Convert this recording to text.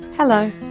Hello